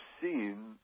seen